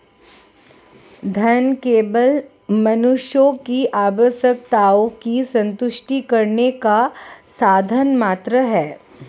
धन केवल मनुष्य की आवश्यकताओं की संतुष्टि करने का साधन मात्र है